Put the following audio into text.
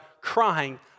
crying